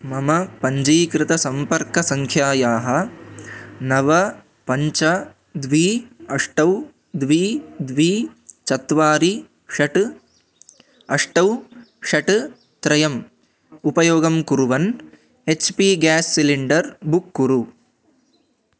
मम पञ्चीकृतसम्पर्कसङ्ख्यायाः नव पञ्च द्वि अष्टौ द्वि द्वि चत्वारि षट् अष्टौ षट् त्रयम् उपयोगं कुर्वन् H P gas cylinder book कुरु